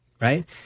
Right